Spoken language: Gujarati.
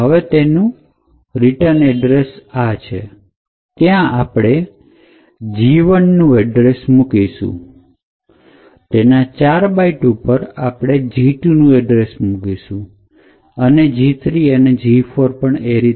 હવે તેના રીટન એડ્રેસ છે ત્યાં આપણે કે G૧ નું એડ્રેસ મુકીશું તેના ચાર બાઈક ઉપર આપણે ગેજેટ G ૨ નું એડ્રેસ મુકીશું અને G ૩ અને G ૪